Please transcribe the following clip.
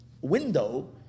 window